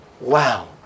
wow